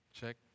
Check